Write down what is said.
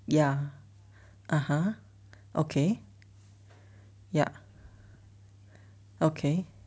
ya (uh huh) okay ya okay